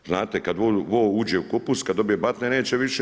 Znate, kad vol uđe u kupus, kad dobije batine, neće više.